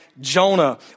Jonah